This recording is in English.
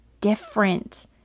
different